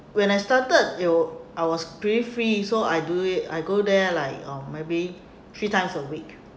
when I started it w~ I was pretty free so I do it I go there like um maybe three times a week